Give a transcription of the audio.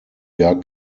gar